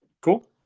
Cool